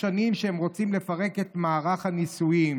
שנים שהם רוצים לפרק את מערך הנישואים,